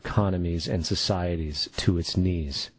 economies and societies to its knees